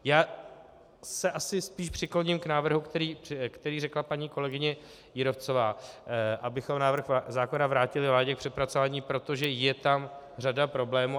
Já se asi spíš přikloním k návrhu, který řekla paní kolegyně Jírovcová, abychom návrh zákona vrátili vládě k přepracování, protože je tam řada problémů.